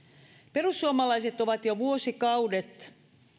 perussuomalaiset ovat jo vuosikaudet